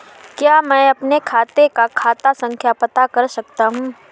क्या मैं अपने खाते का खाता संख्या पता कर सकता हूँ?